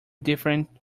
different